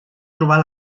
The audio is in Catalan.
trobar